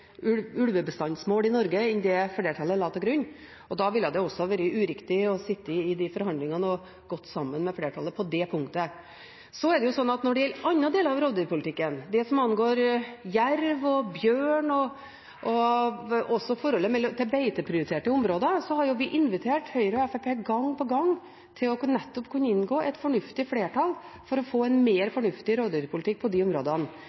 ulv tidligere i år, slik at han var klar over at vi forlot forhandlingene så og så lenge etter at de hadde startet. Vi satt jo der inne en periode, men det er riktig at vi forlot de forhandlingene, fordi Senterpartiet har et annet syn på ulvebestandsmål i Norge enn det flertallet la til grunn. Da ville det også ha vært uriktig å sitte i de forhandlingene og gå sammen med flertallet på det punktet. Når det gjelder andre deler av rovdyrpolitikken, det som angår jerv, bjørn og forholdet til beiteprioriterte områder, har vi gang